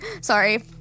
Sorry